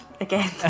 again